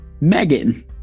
Megan